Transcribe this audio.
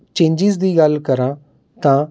changes ਦੀ ਗੱਲ ਕਰਾਂ ਤਾਂ